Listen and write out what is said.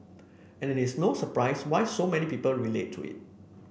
and it is no surprise why so many people relate to it